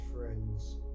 friends